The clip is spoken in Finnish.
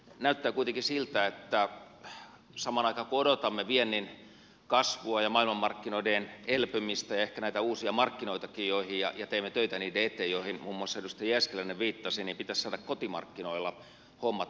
näyttää kuitenkin siltä että samaan aikaan kun odotamme viennin kasvua ja maailmanmarkkinoiden elpymistä ja ehkä näitä uusia markkinoitakin ja teemme töitä niiden eteen mihin muun muassa edustaja jääskeläinen viittasi niin pitäisi saada kotimarkkinoilla hommat toimimaan